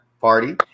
party